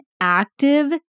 active